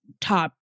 top